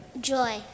Joy